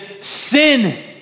sin